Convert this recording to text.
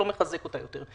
לא מחזק אותה יותר.